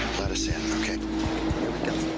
let us in. ok. here we go.